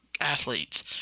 athletes